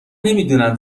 نمیدونم